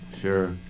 Sure